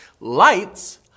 Lights